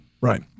right